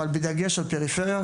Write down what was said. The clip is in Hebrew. אבל בדגש על פריפריה,